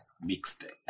mixed